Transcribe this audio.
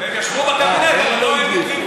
הם ישבו בקבינט, אבל לא הם הדליפו.